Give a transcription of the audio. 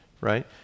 right